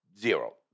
Zero